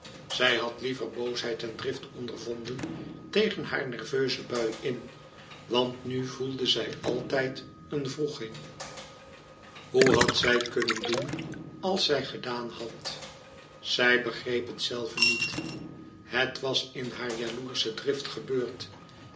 zij had liever boosheid en drift ondervonden tegen haar nerveuze bui in want nu voelde zij altijd een wroeging hoe had zij ook kunnen doen als zij gedaan had zij begreep het zelve niet het was in haar jaloersche drift gebeurd